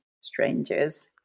strangers